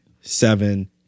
seven